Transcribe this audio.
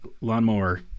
lawnmower